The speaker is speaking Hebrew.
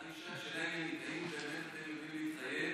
אני שואל, האם הם מוכנים להתחייב